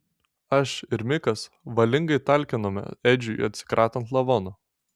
aš ir mikas valingai talkinome edžiui atsikratant lavono